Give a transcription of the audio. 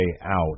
out